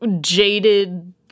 jaded